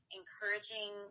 encouraging